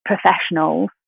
professionals